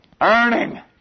Earning